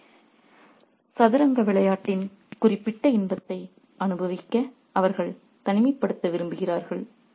எனவே சதுரங்க விளையாட்டின் குறிப்பிட்ட இன்பத்தை அனுபவிக்க அவர்கள் தனிமைப்படுத்த விரும்புகிறார்கள்